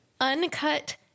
uncut